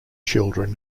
children